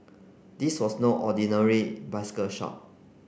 this was no ordinary bicycle shop